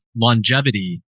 longevity